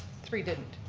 three didn't.